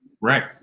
Right